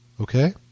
Okay